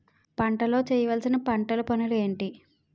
పంటలో చేయవలసిన పంటలు పనులు ఏంటి?